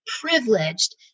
privileged